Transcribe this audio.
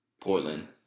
Portland